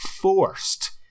FORCED